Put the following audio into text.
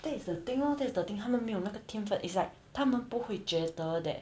that's the thing lor that's the thing 他们没有那个天分 it's like 他们不会觉得 that